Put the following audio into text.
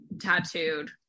tattooed